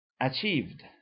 achieved